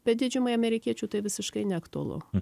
bet didžiumai amerikiečių tai visiškai neaktualu